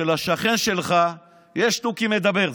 שלשכן שלך יש תוכי מדבר,